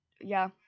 yeah-